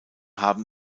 haben